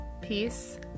Peace